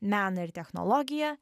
meną ir technologiją